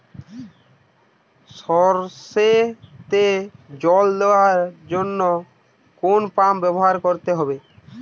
সরষেতে জল দেওয়ার জন্য কোন পাম্প ব্যবহার করতে হবে?